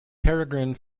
peregrine